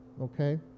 Okay